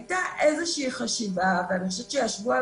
הייתה איזושהי חשיבה ואני חושבת שישבו על